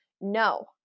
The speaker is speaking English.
no